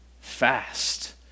fast